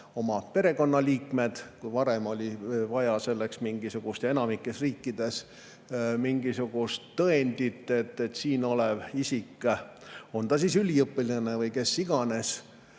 oma perekonna liikmed. Kui varem oli vaja selleks mingisugust – enamikes riikides on vaja – tõendit, et siin olev isik, on ta siis üliõpilane või kes iganes,